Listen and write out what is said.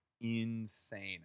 insane